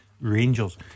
Rangers